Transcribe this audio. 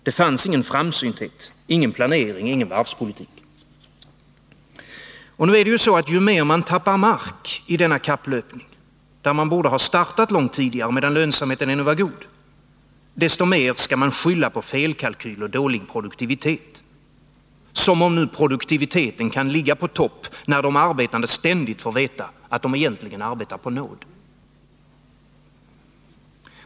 Det fanns ingen framsynthet, ingen planering, ingen varvspolitik. Och ju mer man tappar mark i denna kapplöpning, där man borde startat långt tidigare, medan lönsamheten ännu var god, desto mer skall man skylla på felkalkyl och dålig produktivitet. Som om produktiviteten kan ligga på topp, när de arbetande ständigt får veta att de egentligen arbetar på nåd.